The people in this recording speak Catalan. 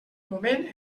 moment